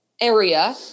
area